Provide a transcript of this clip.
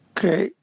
Okay